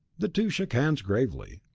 the two shook hands gravely.